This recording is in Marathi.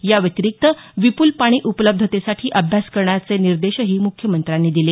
या व्यतिरिक्त विपूल पाणी उपलब्धतेसाठी अभ्यास करण्याचे निर्देश मुख्यमंत्र्यांनी दिले